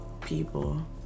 people